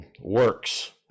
works